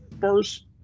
first